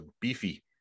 beefy